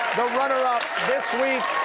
the runner-up this week,